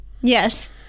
Yes